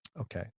Okay